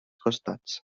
costats